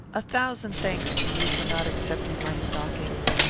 a thousand thanks to you for not accepting my stockings.